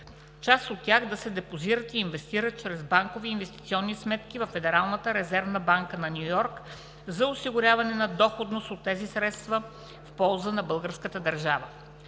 част от тях да се депозират и инвестират чрез банкови и инвестиционни сметки във Федералната резервна банка на Ню Йорк за осигуряване на доходност от тези средства в полза на българската държава.